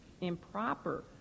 improper